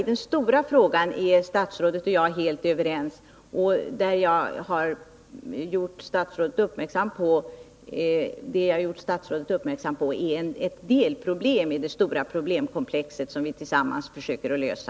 I den stora frågan är statsrådet och jag helt överens. Det jag har gjort statsrådet uppmärksam på är bara en del av det stora problemkomplex som vi tillsammans försöker att lösa.